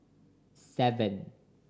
seven